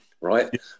right